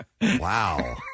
Wow